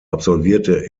absolvierte